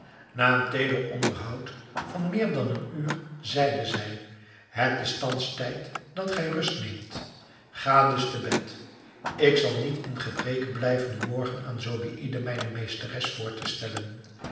na een teeder onderhoud van meer dan een uur zeide zij het is thans tijd dat gij rust neemt ga dus te bed ik zal niet in gebreke blijven u morgen aan zobeïde mijne meesteres voor te stellen